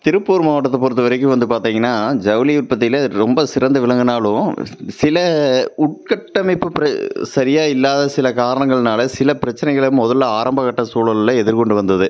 திருப்பூர் மாவட்டத்தைப் பொறுத்தவரைக்கும் வந்து பார்த்தீங்கன்னா ஜவுளி உற்பத்தியில் ரொம்ப சிறந்து விளங்கினாலும் சில உட்கட்டமைப்பு சரியாக இல்லாத சில காரணங்களினால சில பிரச்சனைகளை முதல்ல ஆரம்பகட்ட சூழல்ல எதிர்கொண்டு வந்தது